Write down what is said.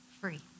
free